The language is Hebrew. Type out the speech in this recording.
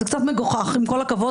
זה קצת מגוחך עם כל הכבוד,